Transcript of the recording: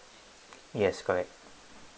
yes correct